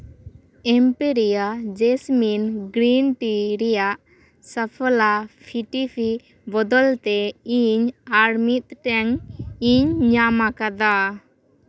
ᱮᱢᱯᱮᱨᱤᱭᱟ jasmine green tea ᱨᱮᱭᱟᱜ ᱥᱚᱯᱷᱚᱞᱟ ᱯᱷᱤᱴᱤ ᱯᱷᱤᱨ ᱵᱚᱫᱚᱞ ᱛᱮ ᱤᱧ ᱟᱨ ᱢᱤᱫᱴᱮᱱ ᱤᱧ ᱧᱟᱢᱟᱠᱟᱫᱟ